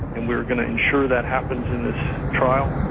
and we're going to ensure that happens in this trial,